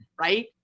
right